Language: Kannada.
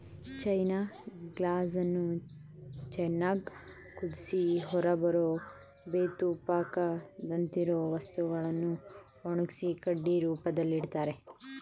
ಚೈನ ಗ್ರಾಸನ್ನು ಚೆನ್ನಾಗ್ ಕುದ್ಸಿ ಹೊರಬರೋ ಮೆತುಪಾಕದಂತಿರೊ ವಸ್ತುನ ಒಣಗ್ಸಿ ಕಡ್ಡಿ ರೂಪ್ದಲ್ಲಿಡ್ತರೆ